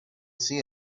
see